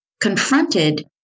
Confronted